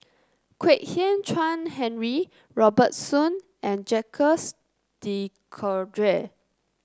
Kwek Hian Chuan Henry Robert Soon and Jacques De Coutre